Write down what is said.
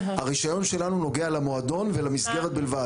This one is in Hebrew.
הרישיון שלנו נוגע למועדון ולמסגרת בלבד.